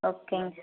ஓகேங்க சார்